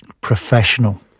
professional